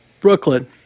Brooklyn